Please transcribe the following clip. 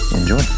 Enjoy